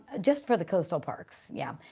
just for the coastal parks. yeah.